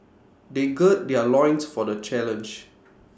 they gird their loins for the challenge